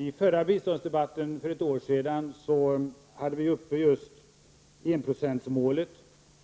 I förra biståndsdebatten, för ett år sedan, hade vi uppe just enprocentsmålet,